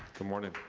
good morning.